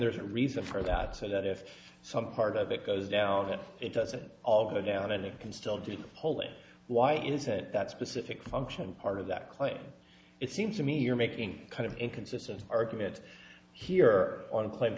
there's a reason for that so that if some part of it goes down that it doesn't all go down and it can still do polling why is it that specific function part of that claim it seems to me you're making kind of inconsistent arguments here on